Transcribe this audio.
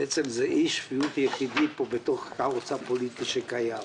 יושב-ראש הועדה היחידי בתוך הכאוס הפוליטי שקיים.